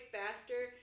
faster